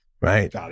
right